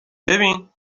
ببین